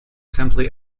simply